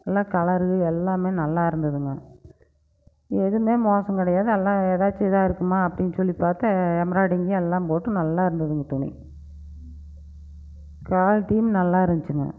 நல்லா கலரு எல்லாமே நல்லா இருந்ததுங்க ஏதுமே மோசம் கிடயாது நல்லா இதாக தான் இருக்கும்மா அப்படினு சொல்லி பார்த்து எம்ப்ராயிடிங்கு எல்லாம் போட்டு நல்லா இருந்துதுங்க துணி குவாலிட்டியும் நல்லா இருந்துச்சுங்க